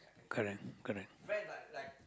correct correct